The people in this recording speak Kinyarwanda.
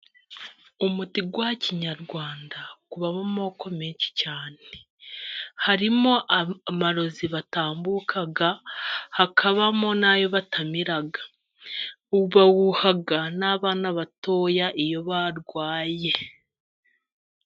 umuti wa kinyarwanda ubamo amoko menshi cyane . Harimo amarozi batambuka, hakabamo n'ayo batamira, bawuha n'abana batoya iyo barwaye.